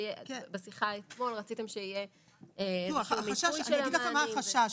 אני אגיד לכם מה החשש.